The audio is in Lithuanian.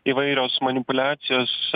įvairios manipuliacijos